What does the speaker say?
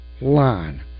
line